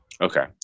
okay